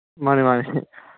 ꯃꯥꯅꯦ ꯃꯥꯅꯦ